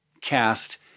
cast